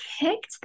kicked